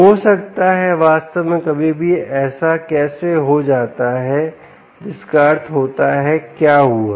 हो सकता है कि वास्तव में कभी कभी ऐसा कैसे हो जाता है जिसका अर्थ होता है क्या हुआ